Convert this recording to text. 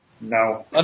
No